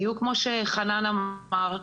בדיוק כמו שחנן אמר,